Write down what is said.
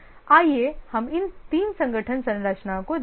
आइए हम तीन संगठन संरचनाओं को देखें